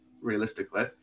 realistically